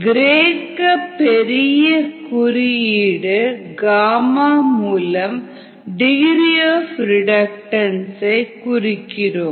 கிரேக்க பெரிய குறியீடு காமா மூலம் டிகிரி ஆப் ரிடக்டன்ஸ் ஐ குறிக்கிறோம்